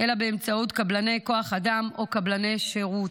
אלא באמצעות קבלני כוח אדם או קבלני שירות,